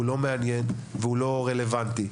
הוא לא מעניין והוא לא רלוונטי.